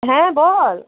হ্যাঁ বল